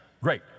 Great